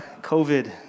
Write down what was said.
COVID